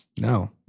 No